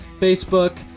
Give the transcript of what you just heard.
Facebook